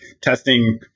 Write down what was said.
testing